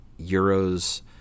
Euros